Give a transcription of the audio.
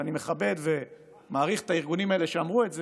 אני מכבד ומעריך את הארגונים האלה שאמרו את זה,